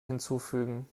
hinzufügen